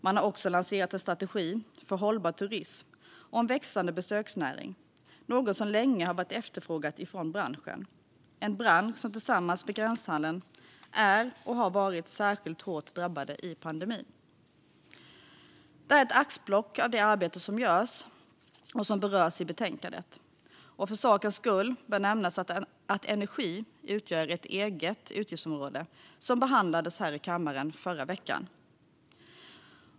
Man har också lanserat en strategi för hållbar turism och en växande besöksnäring, något som länge har varit efterfrågat från branschen, som tillsammans med gränshandeln är och har varit särskilt hårt drabbade under pandemin. Det här är ett axplock av det arbete som görs och som berörs i betänkandet. Och för sakens skull bör nämnas att energi utgör ett eget utgiftsområde som behandlades här i kammaren förra veckan.